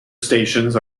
stations